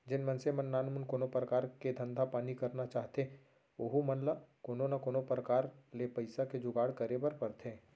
जेन मनसे मन नानमुन कोनो परकार के धंधा पानी करना चाहथें ओहू मन ल कोनो न कोनो प्रकार ले पइसा के जुगाड़ करे बर परथे